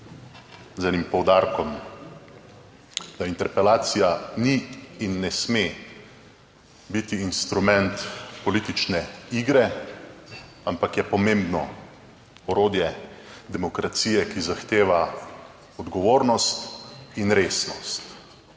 z enim poudarkom, da interpelacija ni in ne sme biti instrument politične igre, ampak je pomembno orodje demokracije, ki zahteva odgovornost in resnost.